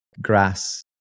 grass